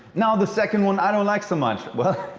now, the second one i don't like so much. well,